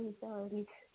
हुन्छ मिस